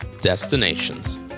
destinations